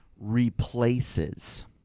replaces